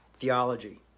theology